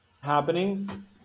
happening